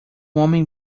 homem